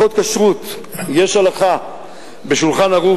יש הלכה ב"שולחן ערוך",